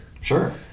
Sure